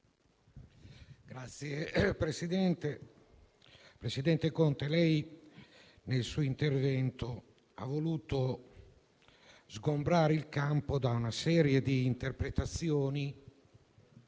Signor presidente Conte, nel suo intervento ha voluto sgombrare il campo da una serie di interpretazioni,